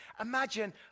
Imagine